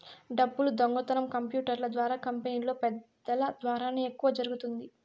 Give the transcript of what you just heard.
డబ్బులు దొంగతనం కంప్యూటర్ల ద్వారా కంపెనీలో పెద్దల ద్వారానే ఎక్కువ జరుగుతుంది